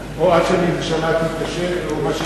(הישיבה נפסקה בשעה 16:05 ונתחדשה